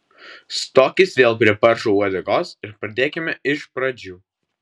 stokis vėl prie paršo uodegos ir pradėkime iš pradžių